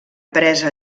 presa